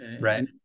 right